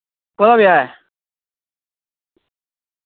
कोह्दा ब्याह् ऐ